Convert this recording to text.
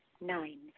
Nine